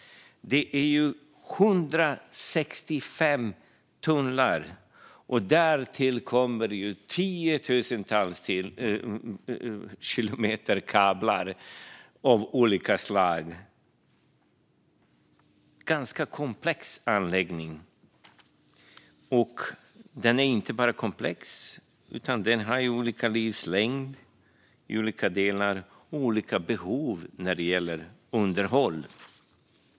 Det är 165 tunnlar. Och därtill kommer tiotusentals kilometer kablar av olika slag. Det är en ganska komplex anläggning, och den är inte bara komplex utan har också olika livslängd i olika delar och olika behov när det gäller underhåll.